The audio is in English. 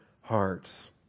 hearts